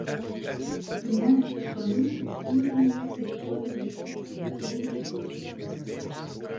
nes šalių kultūriniai istoriniai papročiai jau eižėja